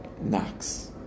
knocks